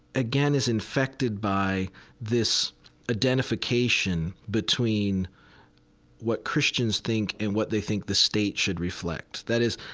again, is infected by this identification between what christians think and what they think the state should reflect. that is,